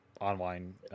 online